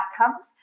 outcomes